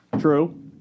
true